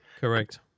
Correct